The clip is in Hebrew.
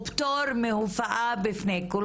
או פטור מהופעה בפני וועדה,